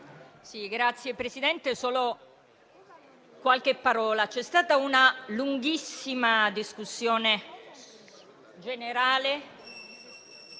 Signor Presidente, solo qualche parola. C'è stata una lunghissima discussione generale...